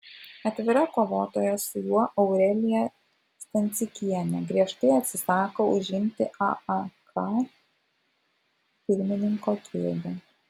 atvira kovotoja su juo aurelija stancikienė griežtai atsisako užimti aak pirmininko kėdę